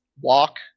Walk